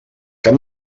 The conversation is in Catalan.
cap